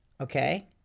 okay